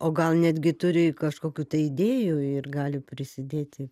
o gal netgi turi kažkokių tai idėjų ir gali prisidėti